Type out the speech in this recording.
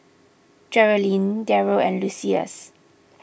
Geralyn Deryl and Lucius